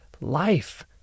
life